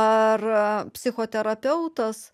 ar psichoterapeutas